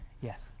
Yes